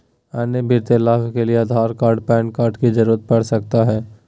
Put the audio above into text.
अन्य वित्तीय लाभ के लिए आधार कार्ड पैन कार्ड की जरूरत पड़ सकता है?